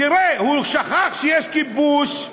תראה, הוא שכח שיש כיבוש,